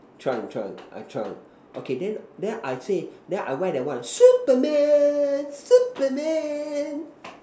trunk trunk I trunk okay then then I say then I wear that one Superman Superman